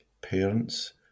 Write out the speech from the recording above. Parents